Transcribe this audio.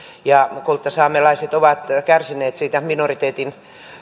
ja kolttasaamelaiset ovat kärsineet siitä minoriteetin